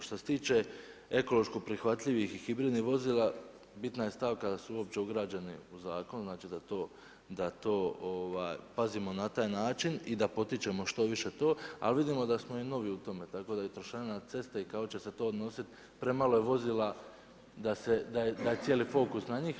Što se tiče ekološko prihvatljivih i hibridnih vozila, bitna je stavka da su uopće ugrađeni u zakon, znači da to, da to pazimo na taj način i da potičemo što više to ali vidimo da smo i novi u tome, tako i trošarina na ceste i kako će se to odnositi, premalo je vozila da je cijeli fokus na njima.